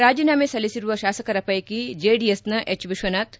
ರಾಜೀನಾಮೆ ಸಲ್ಲಿಸಿರುವ ಶಾಸಕರ ಪೈಕಿ ಜೆಡಿಎಸ್ನ ಎಜ್ ವಿಶ್ವನಾಥ್